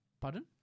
Pardon